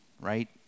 right